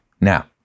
Now